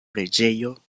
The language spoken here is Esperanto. preĝejo